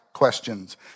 questions